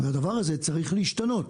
והדבר הזה צריך להשתנות.